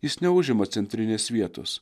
jis neužima centrinės vietos